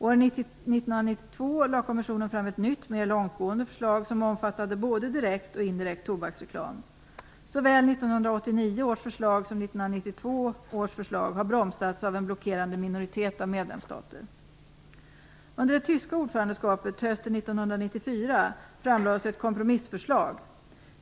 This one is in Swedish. År 1992 lade kommissionen fram ett nytt mer långtgående förslag som omfattade både direkt och indirekt tobaksreklam. Såväl 1989 års förslag som 1992 års förslag har bromsats av en blockerande minoritet av medlemsstater. Under det tyska ordförandeskapet, hösten 1994, framlades ett kompromissförslag.